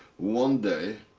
one day,